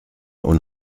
und